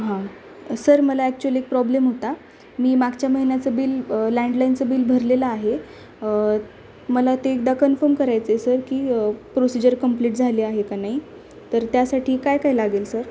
हां सर मला ॲक्च्युअली एक प्रॉब्लेम होता मी मागच्या महिन्याचं बिल लँडलाईनचं बिल भरलेलं आहे मला ते एकदा कन्फर्म करायचं आहे सर की प्रोसिजर कंप्लीट झाले आहे का नाही तर त्यासाठी काय काय लागेल सर